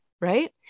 Right